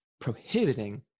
prohibiting